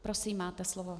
Prosím, máte slovo.